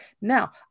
Now